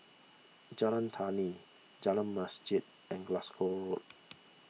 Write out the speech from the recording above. Jalan Tani Jalan Masjid and Glasgow Road